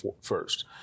first